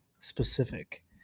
specific